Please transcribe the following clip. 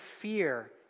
fear